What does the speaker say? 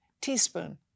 teaspoon